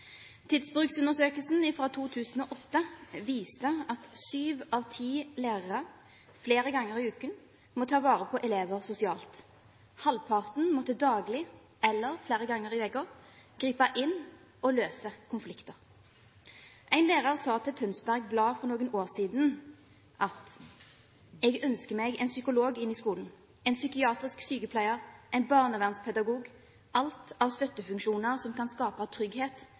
Tidsbruksundersøkelsen fra 2008 viste at sju av ti lærere flere ganger i uken må ta vare på elever sosialt. Halvparten måtte daglig eller flere ganger i uken gripe inn og løse konflikter. En lærer sa til Tønsbergs Blad for noen år siden: «Jeg ønsker meg en psykolog inn i skolen, en psykiatrisk sykepleier, en barnevernspedagog; alt av støttefunksjoner som kan skape trygghet